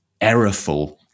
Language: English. errorful